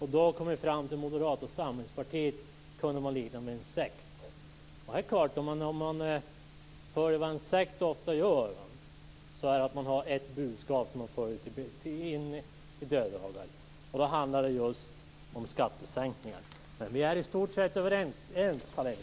Han kom fram till att Moderata samlingspartiet kunde liknas vid en sekt. Vad en sekt ofta gör är att föra fram ett budskap som man vidhåller ända in i döden. Det handlar här om skattesänkningar. Vi är här ändå i stort sett överens, Carl Erik Hedlund.